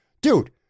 Dude